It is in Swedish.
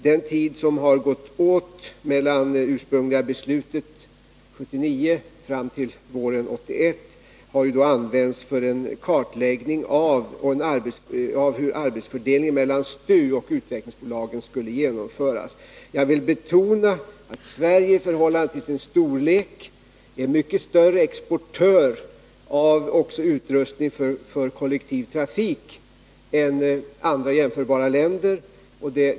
Den tid som har gått från det att det ursprungliga beslutet fattades 1979 och till våren 1981 har använts för en kartläggning av hur arbetsfördelningen mellan STU och utvecklingsbolagen skulle genomföras. Jag vill betona att Sverige i förhållande till sin storlek är mycket större exportör också av utrustning för kollektivtrafik än andra jämförbara länder.